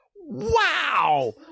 wow